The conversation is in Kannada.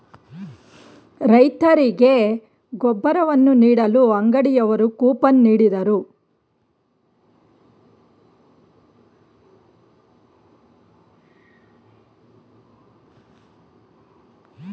ರೈತರಿಗೆ ಗೊಬ್ಬರವನ್ನು ನೀಡಲು ಅಂಗಡಿಯವರು ಕೂಪನ್ ನೀಡಿದರು